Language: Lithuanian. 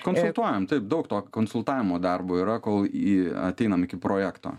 konsultuojam taip daug to konsultavimo darbo yra kol į ateinam iki projekto